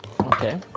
Okay